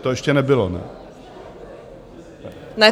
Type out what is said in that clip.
To ještě nebylo, ne?